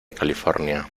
california